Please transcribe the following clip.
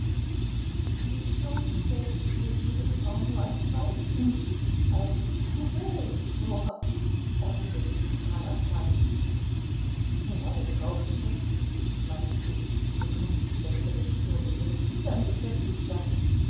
wie es scheint stellst du dir jede frau nur als weibchen als couveuse vor erwiderte stepan arkadjewitsch wenn eine frau beschäftigt ist meinst du so kann sie schlechterdings nur mit ihren kindern beschäftigt sein